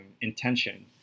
intention